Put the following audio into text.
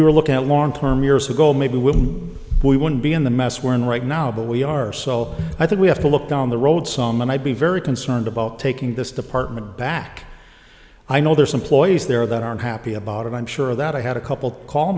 we were looking at long term years ago maybe we'll move we wouldn't be in the mess we're in right now but we are so i think we have to look down the road some and i'd be very concerned about taking this department back i know there's employees there that aren't happy about it i'm sure that i had a couple call